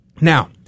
Now